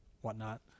whatnot